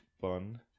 bun